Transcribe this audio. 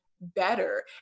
better